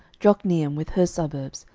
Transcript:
jokneam with her suburbs,